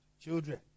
children